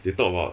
they talk about